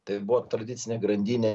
tai buvo tradicinė grandinė